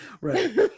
Right